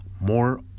More